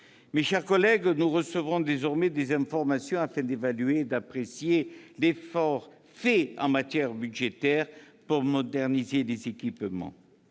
mes chers collègues, nous recevrons désormais des informations afin d'évaluer et d'apprécier l'effort fait en matière budgétaire pour moderniser les équipements.